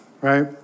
right